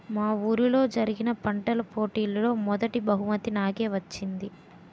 మా వూరిలో జరిగిన పంటల పోటీలలో మొదటీ బహుమతి నాకే వచ్చింది